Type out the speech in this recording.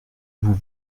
vous